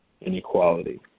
inequality